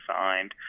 signed